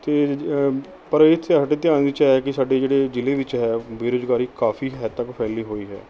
ਅਤੇ ਪਰ ਇੱਥੇ ਸਾਡੇ ਧਿਆਨ ਵਿੱਚ ਆਇਆ ਕਿ ਸਾਡੇ ਜਿਹੜੇ ਜ਼ਿਲ੍ਹੇ ਵਿੱਚ ਹੈ ਬੇਰੁਜ਼ਗਾਰੀ ਕਾਫੀ ਹੱਦ ਤੱਕ ਫੈਲੀ ਹੋਈ ਹੈ